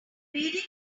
reading